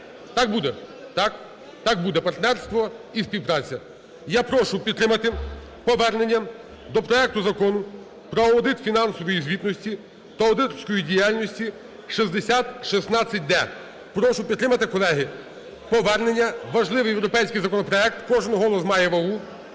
Так буде? Так буде партнерство і співпраця. Я прошу підтримати повернення до проекту Закону про аудит фінансової звітності та аудиторської діяльності (6016-д). Прошу підтримати, колеги, повернення, важливий європейський законопроект, кожен голос має вагу.